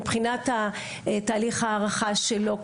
מבחינת התהליך הערכה שלו,